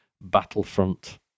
Battlefront